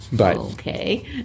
okay